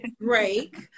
break